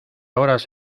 horas